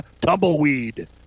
tumbleweed